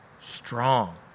strong